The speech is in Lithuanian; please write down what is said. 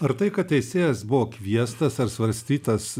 ar tai kad teisėjas buvo kviestas ar svarstytas